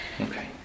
Okay